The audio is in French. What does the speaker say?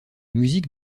musique